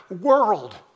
world